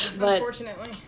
Unfortunately